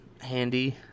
handy